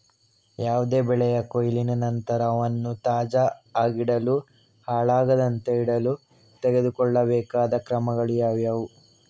ಯಾವುದೇ ಬೆಳೆಯ ಕೊಯ್ಲಿನ ನಂತರ ಅವನ್ನು ತಾಜಾ ಆಗಿಡಲು, ಹಾಳಾಗದಂತೆ ಇಡಲು ತೆಗೆದುಕೊಳ್ಳಬೇಕಾದ ಕ್ರಮಗಳು ಯಾವುವು?